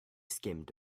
skimmed